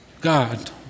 God